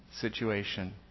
situation